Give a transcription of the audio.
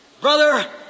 Brother